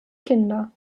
kinder